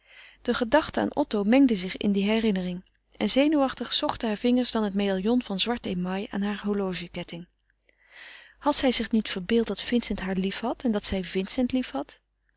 de gedachte aan otto mengde zich in die herinnering en zenuwachtig zochten hare vingers dan het medaillon van zwart email aan hare horlogeketting had zij zich niet verbeeld dat vincent haar liefhad en dat zij vincent liefhad